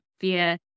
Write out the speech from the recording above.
via